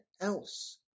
else